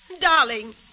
Darling